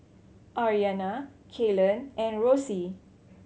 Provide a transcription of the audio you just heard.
Aryanna Kaylen and Rosey